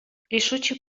рішуче